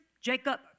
Jacob